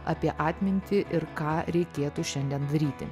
apie atmintį ir ką reikėtų šiandien daryti